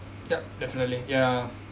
yup definitely ya